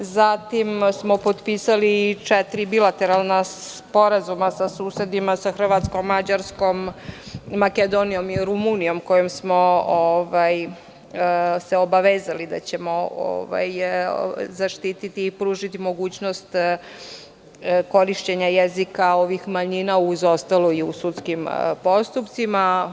Potpisali smo četiri bilateralna sporazuma sa susedima, sa Hrvatskom, Mađarskom, Makedonijom i Rumunijom, kojima smo se obavezali da ćemo zaštititi i pružiti mogućnost korišćenja jezika manjina i u sudskim postupcima.